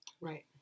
Right